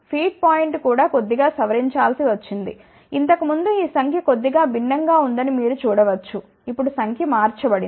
feed point కూడా కొద్దిగా సవరించాల్సి వచ్చింది ఇంతకు ముందు ఈ సంఖ్య కొద్దిగా భిన్నం గా ఉందని మీరు చూడ వచ్చు ఇప్పుడు సంఖ్య మార్చబడింది